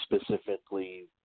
specifically